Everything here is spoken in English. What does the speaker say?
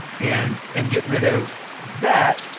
and and get rid of that.